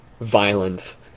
violence